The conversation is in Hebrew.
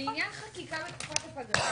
"לעניין חקיקה בתקופת הפגרה,